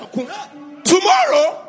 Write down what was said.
Tomorrow